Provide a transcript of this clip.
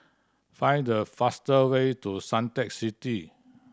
find the faster way to Suntec City